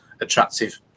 attractive